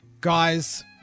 Guys